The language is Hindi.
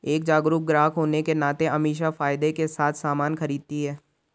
एक जागरूक ग्राहक होने के नाते अमीषा फायदे के साथ सामान खरीदती है